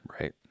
Right